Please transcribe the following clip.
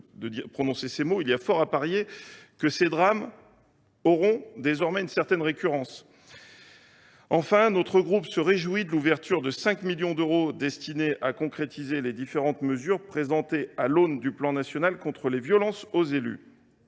de prononcer ces mots , il y a fort à parier que ces drames se produiront désormais avec une certaine récurrence. Enfin, notre groupe se réjouit de l’ouverture d’une enveloppe de 5 millions d’euros destinée à concrétiser les différentes mesures présentées à l’aune du plan national de prévention et de lutte